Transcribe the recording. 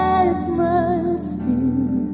atmosphere